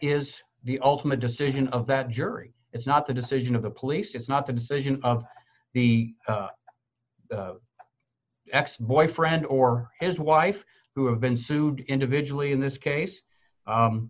is the ultimate decision of that jury it's not the decision of the police it's not the decision of the ex boyfriend or his wife who have been sued individually in this case